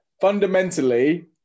Fundamentally